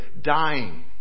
dying